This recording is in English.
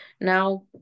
Now